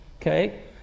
okay